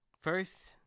first